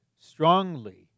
strongly